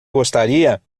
gostaria